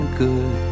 good